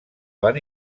van